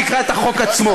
תקרא את החוק עצמו,